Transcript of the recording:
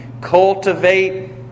cultivate